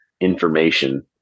information